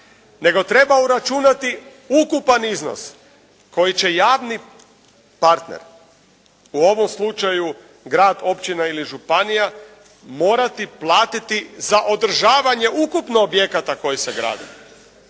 Nego treba uračunati ukupan iznos koji će javni partner u ovom slučaju grad, općina ili županija morati platiti za održavanje ukupno objekata koji se grade.